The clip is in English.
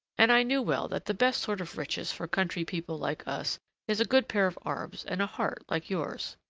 and i knew well that the best sort of riches for country people like us is a good pair of arms and a heart like yours.